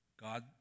God